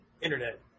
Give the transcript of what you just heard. internet